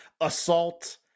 Assault